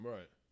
Right